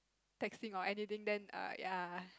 texting or anything than err ya